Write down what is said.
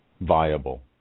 viable